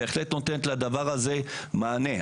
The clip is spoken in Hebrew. בהחלט נותנת לדבר הזה מענה.